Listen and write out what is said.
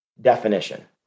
definition